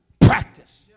practice